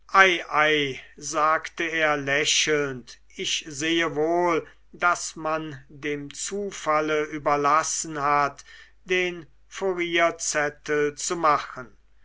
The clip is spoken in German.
ei sagte er lächelnd ich sehe wohl daß man dem zufalle überlassen hat den furierzettel zu machen